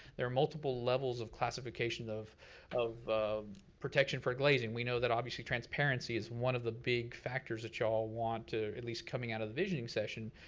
there are multiple levels of classification of of protection for glazing. we know that obviously transparency is one of the big factors that y'all want, at least coming out of the visioning session,